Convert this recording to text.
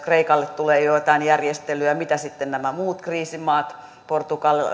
kreikalle tulee joitain järjestelyjä voi johtaa kysymykseen mitä sitten nämä muut kriisimaat portugali